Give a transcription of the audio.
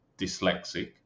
dyslexic